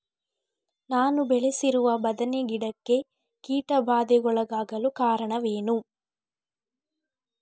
ನಾನು ಬೆಳೆಸಿರುವ ಬದನೆ ಗಿಡಕ್ಕೆ ಕೀಟಬಾಧೆಗೊಳಗಾಗಲು ಕಾರಣವೇನು?